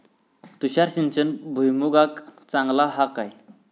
तुषार सिंचन भुईमुगाक चांगला हा काय?